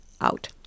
out